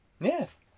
Yes